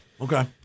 okay